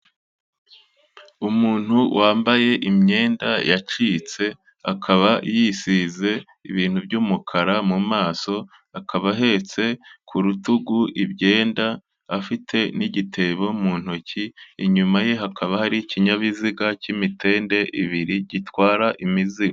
Umuntu wambaye imyenda yacitse, akaba yisize ibintu by'umukara mu maso, akaba ahetse ku rutugu imyenda afite n'igitebo mu ntoki, inyuma ye hakaba hari ikinyabiziga k'imitende ibiri gitwara imizigo.